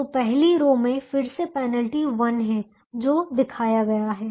तो पहली रो में फिर से पेनल्टी 1 है जो दिखाया गया है